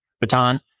baton